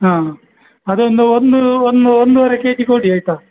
ಹಾಂ ಅದೊಂದು ಒಂದು ಒಂದು ಒಂದೂವರೆ ಕೆಜಿ ಕೊಡಿ ಆಯ್ತಾ